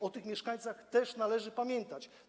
O tych mieszkańcach też należy pamiętać.